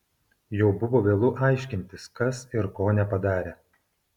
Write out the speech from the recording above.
jau buvo vėlu aiškintis kas ir ko nepadarė